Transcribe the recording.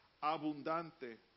abundante